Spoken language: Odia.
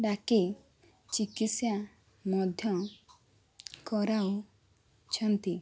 ଡାକି ଚିକିତ୍ସା ମଧ୍ୟ କରାଉଛନ୍ତି